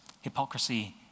hypocrisy